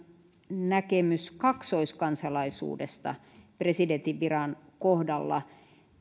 näkemys kaksoiskansalaisuudesta presidentin viran kohdalla